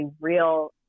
real